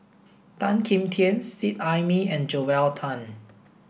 Tan Kim Tian Seet Ai Mee and Joel Tan